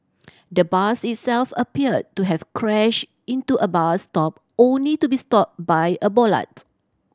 the bus itself appeared to have crashed into a bus stop only to be stopped by a bollard